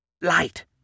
Light